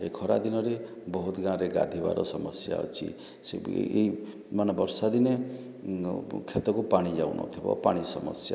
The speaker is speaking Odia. ଏ ଖରାଦିନରେ ବହୁତ୍ ଗାଁରେ ଗାଧେଇବାର ସମସ୍ୟା ଅଛି ସେ ବି ଏଇ ମାନେ ବର୍ଷାଦିନେ ଖେତକୁ ପାଣି ଯାଉନଥିବ ପାଣି ସମସ୍ୟା